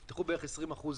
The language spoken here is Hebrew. נפתחו בערך 20% מהמלונות.